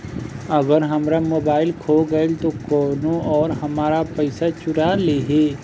अगर हमार मोबइल खो गईल तो कौनो और हमार पइसा चुरा लेइ?